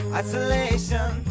isolation